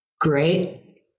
Great